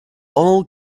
all